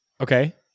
Okay